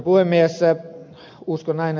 uskon näin että ed